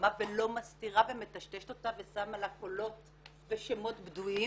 הבמה ולא מסתירה ומטשטשת אותה ושמה לה קולות ושמות בדויים.